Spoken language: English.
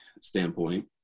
standpoint